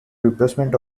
replacement